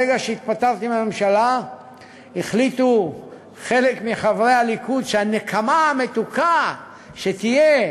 ברגע שהתפטרתי מהממשלה החליטו חלק מחברי הליכוד שהנקמה המתוקה שתהיה,